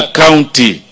county